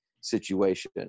situation